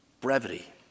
brevity